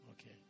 okay